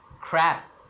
crap